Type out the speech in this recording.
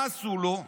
מה עשו לו?